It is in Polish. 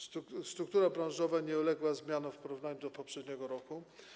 Struktura branżowa nie uległa zmianie w porównaniu do poprzedniego roku.